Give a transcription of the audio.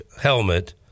helmet